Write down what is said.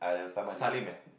Salim eh